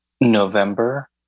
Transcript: november